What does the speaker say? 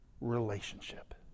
relationship